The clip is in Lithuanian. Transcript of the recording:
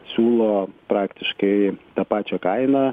siūlo praktiškai tą pačią kainą